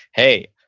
hey,